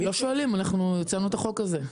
לא שואלים, אנחנו הצענו את החוק הזה.